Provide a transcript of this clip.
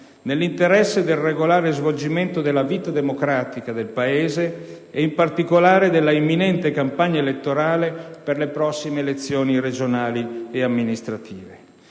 nell'interesse del regolare svolgimento della vita democratica del Paese e in particolare della imminente campagna elettorale per le prossime elezioni regionali e amministrative.